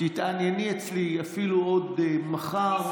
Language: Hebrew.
תתענייני אצלי, אפילו עוד מחר.